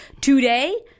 today